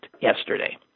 yesterday